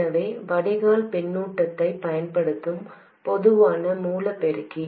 எனவே வடிகால் பின்னூட்டத்தைப் பயன்படுத்தும் பொதுவான மூல பெருக்கி